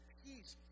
peace